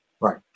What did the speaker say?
Right